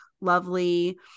lovely